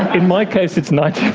in my case it's ninety